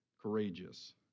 courageous